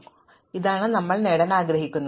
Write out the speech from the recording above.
അതിനാൽ ഇതാണ് ഞങ്ങൾ നേടാൻ ആഗ്രഹിക്കുന്നത്